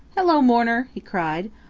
hello, mourner! he cried.